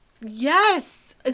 Yes